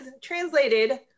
translated